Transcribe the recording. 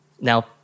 Now